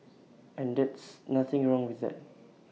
and that's nothing wrong with that